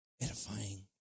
edifying